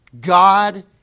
God